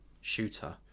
shooter